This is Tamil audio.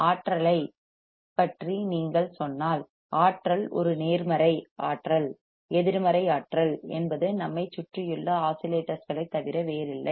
ஆற்றலைப் எனர்ஜி பற்றி நீங்கள் சொன்னால் ஆற்றல் எனர்ஜி ஒரு நேர்மறை பாசிட்டிவ் ஆற்றல் எதிர்மறை ஆற்றல் நெகட்டிவ் எனர்ஜி என்பது நம்மைச் சுற்றியுள்ள ஆஸிலேட்டர்ஸ் களைத் தவிர வேறில்லை